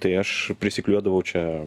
tai aš prisiklijuodavau čia